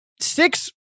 six